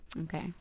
Okay